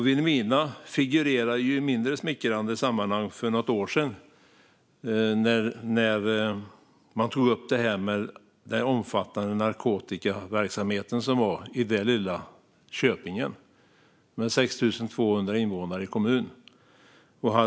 Vilhelmina figurerade ju i ett mindre smickrande sammanhang för något år sedan. Det var omfattande problem med narkotikahandel i den lilla köpingen med 6 200 invånare.